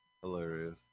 hilarious